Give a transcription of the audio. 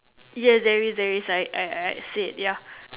ya there there is a side I I said ya